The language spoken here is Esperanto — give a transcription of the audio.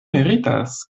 meritas